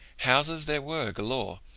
houses there were galore,